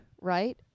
right